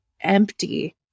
empty